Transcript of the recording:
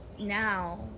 now